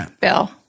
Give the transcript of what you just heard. Bill